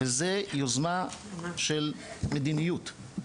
וזו יוזמה של מדיניות.